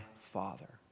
Father